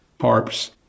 harps